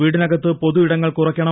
വീടിനകത്ത് പൊതു ഇടങ്ങൾ കുറയ്ക്കണം